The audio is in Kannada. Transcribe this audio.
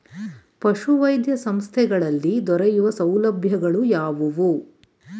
ಪಶುವೈದ್ಯ ಸಂಸ್ಥೆಗಳಲ್ಲಿ ದೊರೆಯುವ ಸೌಲಭ್ಯಗಳು ಯಾವುವು?